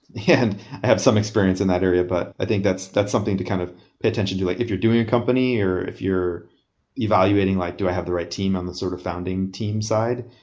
yeah and have some experience in that area, but i think that's that's something to kind of pay attention to. like if you're doing a company or if you're evaluating like, do i have the right team on the sort of founding team side?